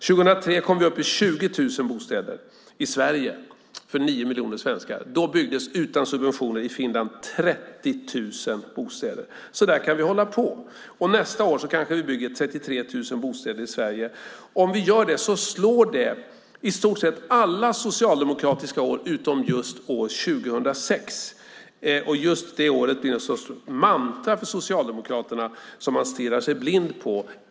År 2003 kom vi upp i 20 000 bostäder i Sverige för nio miljoner svenskar. Då byggdes utan subventioner i Finland 30 000 bostäder. Så där kan vi hålla på. Nästa år kanske vi bygger 33 000 bostäder i Sverige. Om vi gör det slår det i stort sett alla socialdemokratiska år utom just 2006. Just det året blir en sorts mantra för Socialdemokraterna som de stirrar sig blinda på.